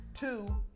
Two